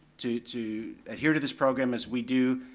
to to adhere to this program as we do,